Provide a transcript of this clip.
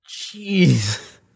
Jeez